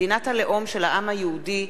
מדינת הלאום של העם היהודי,